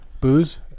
booze